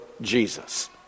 Jesus